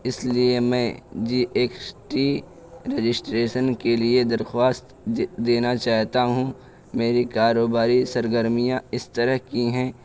اس لیے میں G S T registration کے لیے درخواست دینا چاہتا ہوں میری کاروباری سرگرمیاں اس طرح کی ہیں